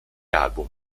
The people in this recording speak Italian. album